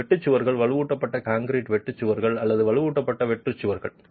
அல்லது வெட்டு சுவர்கள் வலுவூட்டப்பட்ட கான்கிரீட் வெட்டு சுவர்கள் அல்லது வலுவூட்டப்பட்ட வெட்டு சுவர்கள்